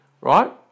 right